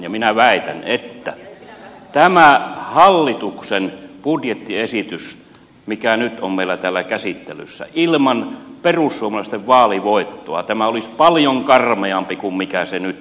ja minä väitän että tämä hallituksen budjettiesitys mikä nyt on meillä täällä käsittelyssä ilman perussuomalaisten vaalivoittoa olisi paljon karmeampi kuin mikä se nyt on